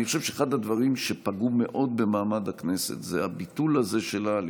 אני חושב שאחד הדברים שפגעו מאוד במעמד הכנסת זה הביטול שלה על